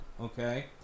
Okay